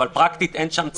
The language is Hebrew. פרקטית אין שם צימרים.